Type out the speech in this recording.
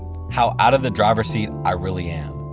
how out of the driver's seat i really am